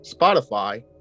Spotify